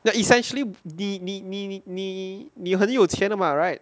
there are essentially 你你你你你你很有钱的吗 right